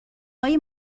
های